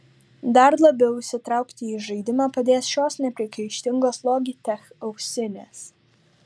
dar labiau įsitraukti į žaidimą padės šios nepriekaištingos logitech ausinės